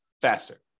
faster